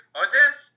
audience